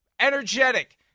energetic